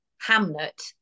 Hamlet